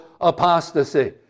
apostasy